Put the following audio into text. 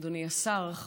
אדוני השר,